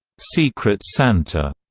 secret santa,